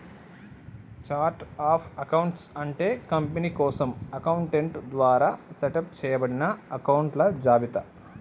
chart of accounts అంటే company కోసం accountant ద్వారా సెటప్ చేయబడిన అకొంట్ల జాబితా